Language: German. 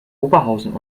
oberhausen